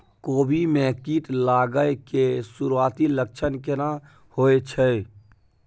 कोबी में कीट लागय के सुरूआती लक्षण केना होय छै